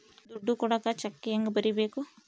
ದುಡ್ಡು ಕೊಡಾಕ ಚೆಕ್ ಹೆಂಗ ಬರೇಬೇಕು?